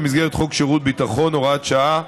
במסגרת חוק שירות ביטחון (הוראת שעה)